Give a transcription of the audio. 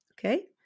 Okay